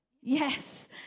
Yes